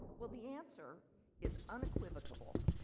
well the answer is unequivocable.